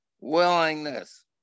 willingness